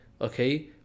Okay